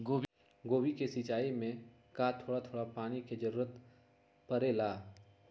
गोभी के सिचाई में का थोड़ा थोड़ा पानी के जरूरत परे ला?